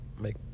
make